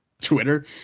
Twitter